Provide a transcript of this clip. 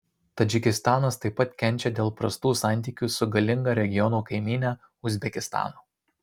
tadžikistanas taip pat kenčia dėl prastų santykių su galinga regiono kaimyne uzbekistanu